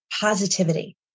positivity